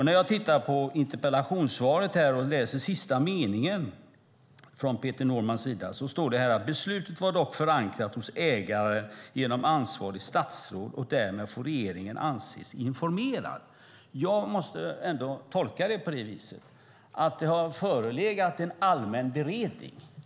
När jag tittar på det skrivna interpellationssvaret kan jag läsa sista meningen från Peter Norman: "Beslutet var dock förankrat hos ägaren genom ansvarigt statsråd, och därmed får regeringen anses informerad." Jag måste tolka det så att det har förelegat en allmän beredning.